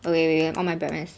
okay wait wait I on my brightness